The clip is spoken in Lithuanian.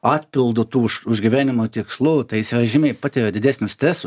atpildo tų už už gyvenimo tikslų tai jis yra žymiai patiria didesnį stresą